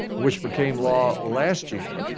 which became law last year,